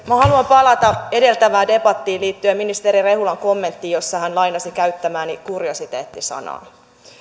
minä haluan palata edeltävään debattiin liittyen ministeri rehulan kommenttiin jossa hän lainasi käyttämääni kuriositeetti sanaa